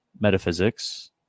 metaphysics